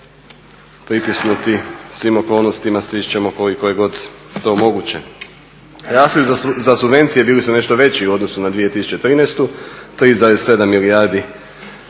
pritisnuti svim okolnostima stišćemo koliko je god to moguće. Rashodi za subvencije bili su nešto veći u odnosu na 2013., 3,7 milijardi